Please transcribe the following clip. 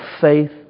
faith